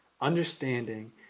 understanding